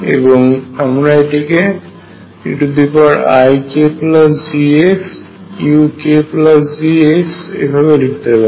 এবং আমরা এটিকে eikGxukG ভাবেও লিখতে পারি